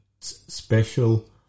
special